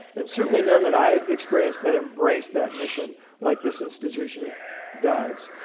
and certainly none that i've experienced that embrace that mission like this institution does.